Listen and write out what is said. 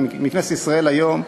מכנסת ישראל היום,